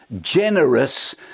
generous